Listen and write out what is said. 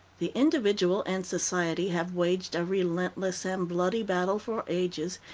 the individual and society have waged a relentless and bloody battle for ages,